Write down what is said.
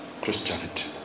Christianity